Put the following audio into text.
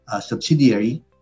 subsidiary